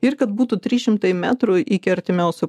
ir kad būtų trys šimtai metrų iki artimiausio